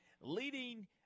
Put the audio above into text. leading